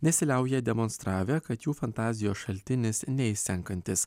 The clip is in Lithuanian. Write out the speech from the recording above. nesiliauja demonstravę kad jų fantazijos šaltinis neišsenkantis